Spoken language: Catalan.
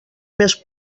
més